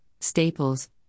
Staples